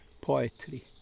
poetry